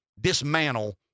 dismantle